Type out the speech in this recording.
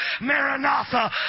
Maranatha